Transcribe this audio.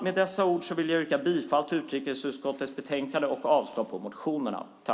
Med dessa ord vill jag yrka bifall till förslagen i utrikesutskottets betänkande och avslag på motionerna.